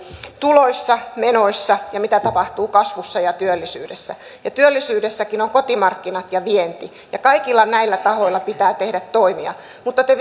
tuloissa menoissa ja siitä mitä tapahtuu kasvussa ja työllisyydessä työllisyydessäkin on kotimarkkinat ja vienti ja kaikilla näillä tahoilla pitää tehdä toimia mutta te